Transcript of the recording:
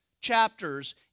chapters